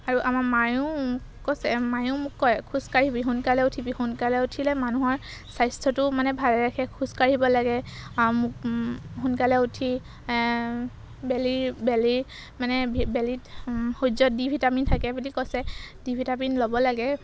আৰু আমাৰ মায়েও কৈছে মায়েও মোক কয় খোজ কাঢ়িবি সোনকালে উঠিবি সোনকালে উঠিলে মানুহৰ স্বাস্থ্যটো মানে ভালে ৰাখে খোজ কাঢ়িব লাগে মোক সোনকালে উঠি বেলিৰ বেলিৰ মানে বেলিত সূৰ্যত ডি ভিটামিন থাকে বুলি কৈছে ডি ভিটামিন ল'ব লাগে